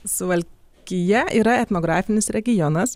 suvalkija yra etnografinis regionas